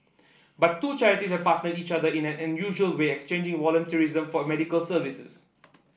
but two charities partnered each other in an unusual way exchanging volunteerism for medical services